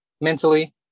mentally